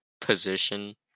position